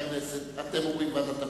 אתם אומרים ועדת הפנים,